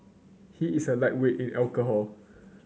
he is a lightweight in alcohol